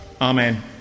amen